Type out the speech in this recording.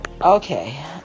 Okay